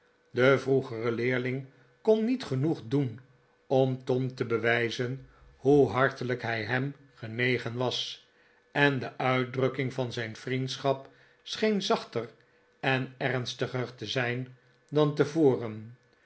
de vroegere leerling kon niet genoeg doen om tom te bewijzen hoe hartelijk hij hem genegen was en de uitdrukking van zijn vriendschap scheen zachter en ernstiger te zijn dan tevoren